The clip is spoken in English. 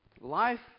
Life